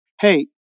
Hey